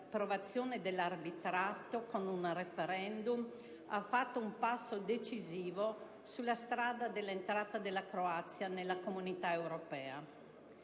l'approvazione dell'arbitrato con un *referendum,* ha fatto un passo decisivo sulla strada dell'entrata della Croazia nella Comunità europea.